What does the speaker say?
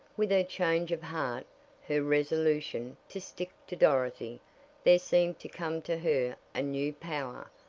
with her change of heart her resolution to stick to dorothy there seemed to come to her a new power,